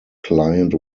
client